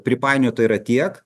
pripainiota yra tiek